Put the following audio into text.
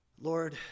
Lord